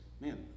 man